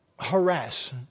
harass